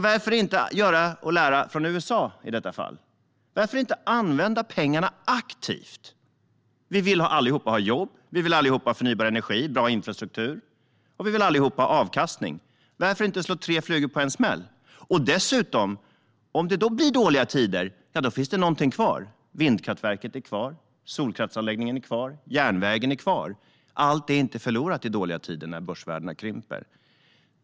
Varför inte lära av USA i detta fall? Varför inte använda pengarna aktivt? Vi vill allihop ha jobb, vi vill allihop ha förnybar energi och bra infrastruktur och vi vill allihop ha avkastning. Varför inte slå tre flugor i en smäll? Då finns det dessutom någonting kvar om det blir dåliga tider. Vindkraftverket är kvar, solkraftsanläggningen är kvar, järnvägen är kvar. Allt är inte förlorat i dåliga tider när börsvärdena krymper.